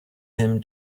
him